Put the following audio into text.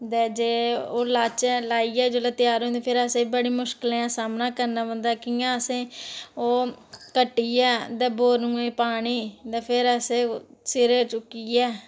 ते जे ओह् लाचै ते लाइयै जेल्लै त्यार होंदी ते फिर असें बड़ी मुश्कलें दा सामना करना पौंदा ते कि'यां असें ओह् कट्टियै ते बोरुएं गी पानी ते फिर असें सिरै चुक्कियै